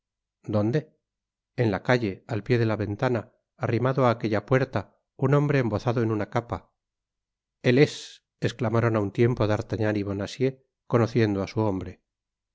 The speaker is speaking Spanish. dónde en la calle al pié de la ventana arrimado á aquella puerta un hombre embozado en una capa él es esclamaron á un tiempo d'artagnan y bonacieux conociendo á su hombre